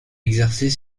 exercer